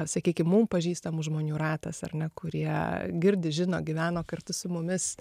sakykim mum pažįstamų žmonių ratas ar ne kurie girdi žino gyvena kartu su mumis